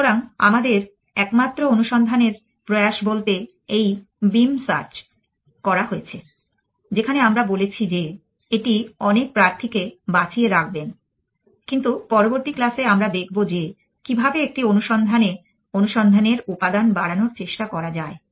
সুতরাং আমাদের একমাত্র অনুসন্ধানের প্রয়াস বলতে এই বীম সার্চ করা হয়েছে যেখানে আমরা বলেছি যে এটি অনেক প্রার্থীকে বাঁচিয়ে রাখবেন কিন্তু পরবর্তী ক্লাসে আমরা দেখবো যে কীভাবে একটি অনুসন্ধানে অনুসন্ধানের উপাদান বাড়ানোর চেষ্টা করা যায়